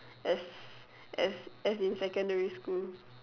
as as as in secondary school